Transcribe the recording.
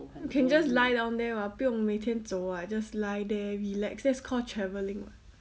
you can just lie down there [what] 不用每天走 [what] just lie there relax that's called travelling